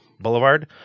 Boulevard